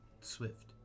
Swift